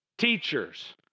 teachers